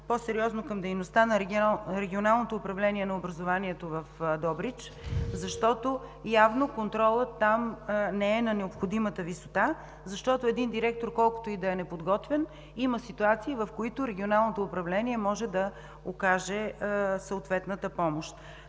по-сериозно към дейността на Регионалното управление на образованието в Добрич, защото явно контролът там не е на необходимата висота, защото един директор, колкото и да е неподготвен, има ситуации, в които Регионалното управление може да окаже съответната помощ.